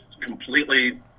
completely